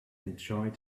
enjoyed